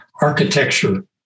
architecture